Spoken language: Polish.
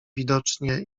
widocznie